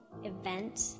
event